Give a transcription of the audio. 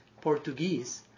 Portuguese